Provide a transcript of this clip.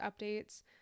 updates